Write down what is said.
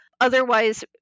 Otherwise